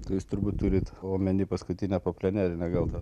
tai jūs turbūt turit omeny paskutinę poplenerinę gal tą